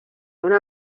una